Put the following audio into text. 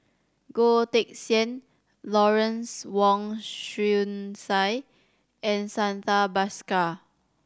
Goh Teck Sian Lawrence Wong Shyun Tsai and Santha Bhaskar